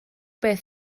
beth